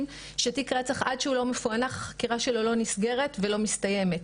שתיק רצח עד שהוא לא מפוענח החקירה שלו לא נסגרת ולא מסתיימת.